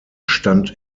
stand